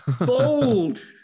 Bold